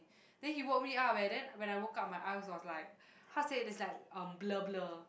then he woke me up eh then when I woke up my eyes was like how to say it's like um blur blur